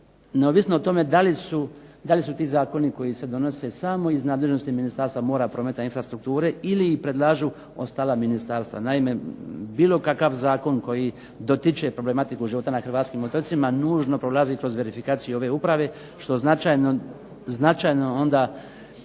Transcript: neovisno o tome da li su ti zakoni koji se donose samo iz nadležnosti Ministarstva mora, prometa i infrastrukture ili ih predlažu ostala ministarstva. Naime, bilo kakav zakon koji dotiče problematiku života na Hrvatskim otocima nužno prolazi kroz verifikaciju ove uprave, značajno